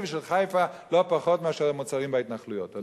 ושל חיפה לא פחות מאשר את המוצרים בהתנחלויות.